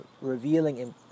revealing